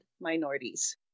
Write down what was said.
minorities